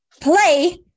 play